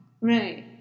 Right